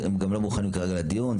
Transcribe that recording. הם לא מוכנים לדיון.